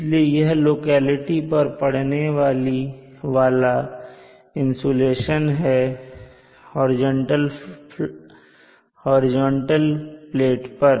इसलिए यह लोकेलिटी पर पढ़ने वाला इंसुलेशन है हॉरिजॉन्टल प्लेट पर